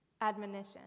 admonition